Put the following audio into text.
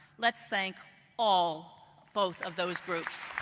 let's thank all both of those groups.